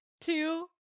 two